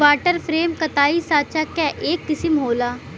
water frame कताई साँचा क एक किसिम होला